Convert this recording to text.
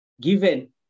given